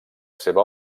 seva